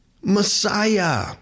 Messiah